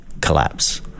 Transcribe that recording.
collapse